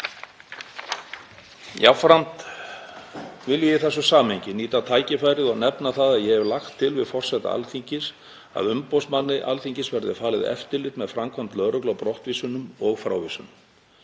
Jafnframt vil ég í þessu samhengi að nýta tækifærið og nefna það að ég hef lagt til við forseta Alþingis að umboðsmanni Alþingis verði falið eftirlit með framkvæmd lögreglu á brottvísunum og frávísunum.